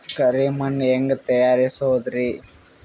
ಕರಿ ಮಣ್ ಹೆಂಗ್ ತಯಾರಸೋದರಿ?